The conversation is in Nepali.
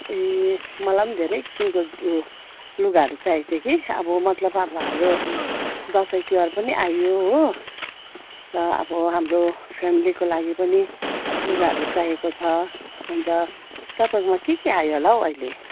ए मलाई धेरै किसिमको यो लुगाहरू चाहिएको थियो कि अब मतलब अब हाम्रो दसैँ तिहार पनि आयो हो र अब हाम्रो फ्यामिलीको लागि पनि लुगाहरू चाहिएको छ अन्त तपाईँकोमा के के आयो होला हो अहिले